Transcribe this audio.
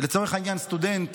לצורך העניין, סטודנט